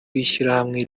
w’ishyirahamwe